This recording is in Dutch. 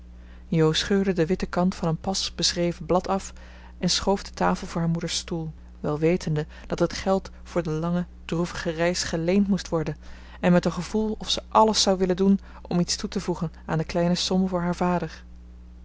scheurde den witten kant van een pas beschreven blad af en schoof de tafel voor haar moeders stoel wel wetende dat het geld voor de lange droevige reis geleend moest worden en met een gevoel of ze alles zou willen doen om iets toe te voegen aan de kleine som voor haar vader